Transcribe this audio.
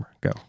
Go